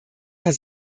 herr